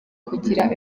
kugira